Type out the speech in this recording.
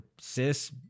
cis